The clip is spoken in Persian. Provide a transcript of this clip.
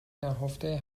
نهفته